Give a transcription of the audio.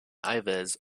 ives